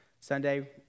Sunday